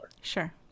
Sure